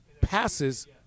passes